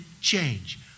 change